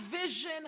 vision